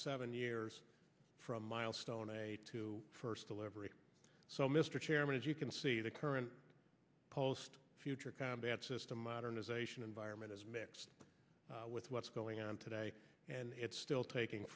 seven years from milestone first delivery so mr chairman as you can see the current post future combat system modernization environment is mixed with what's going on today and it's still taking